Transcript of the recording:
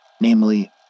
Namely